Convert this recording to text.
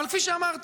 אבל כפי שאמרתי,